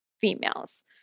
females